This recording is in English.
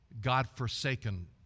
God-forsaken